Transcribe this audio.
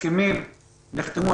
הסכמים נחתמו,